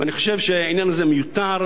ואני חושב שהעניין הזה מיותר.